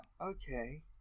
Okay